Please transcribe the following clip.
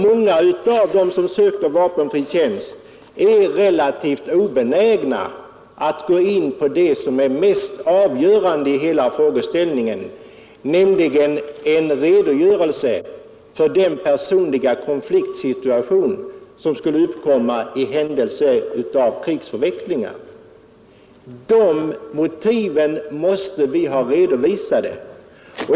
Många av dem som söker vapenfri tjänst är relativt obenägna att gå in på det som är mest avgörande i hela frågeställningen, nämligen en redogörelse för den personliga konfliktsituation som skulle uppkomma i händelse av krigsförvecklingar. De motiven måste vi ha redovisade.